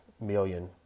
million